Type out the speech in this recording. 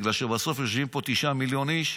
בגלל שבסוף יושבים פה 9 מיליון איש,